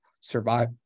survive